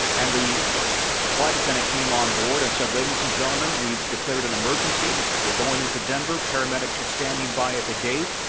and the flight attendant came on board and said, ladies and gentlemen, we've declared an emergency. we're going into denver. paramedics are standing by at the gate.